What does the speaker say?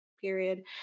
period